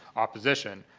opposition.